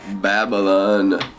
Babylon